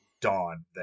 dawn